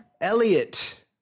Elliot